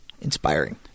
inspiring